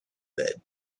bed